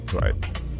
Right